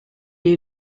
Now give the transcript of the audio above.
est